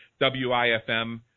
WIFM